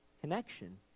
connection